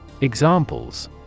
Examples